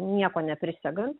nieko neprisegant